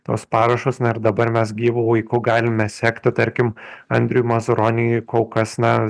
tuos parašus na ir dabar mes gyvų laiku galime sekti tarkim andriui mazuroniui kol kas na